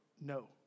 No